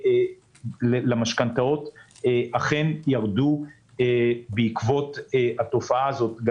למשכנתאות אכן ירדו בעקבות התופעה הזאת.